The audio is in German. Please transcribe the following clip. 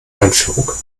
einführung